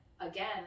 again